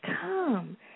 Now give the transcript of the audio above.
come